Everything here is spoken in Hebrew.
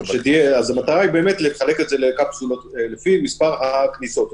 המטרה היא לחלק את זה לקפסולות לפי מספר הכניסות.